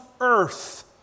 earth